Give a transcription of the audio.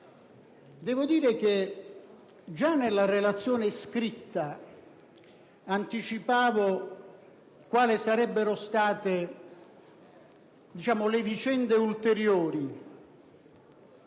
relazione. Già nella relazione scritta ho anticipato quali sarebbero state le vicende ulteriori